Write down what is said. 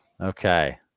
okay